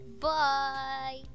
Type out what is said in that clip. Bye